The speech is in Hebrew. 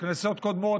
בכנסות קודמות,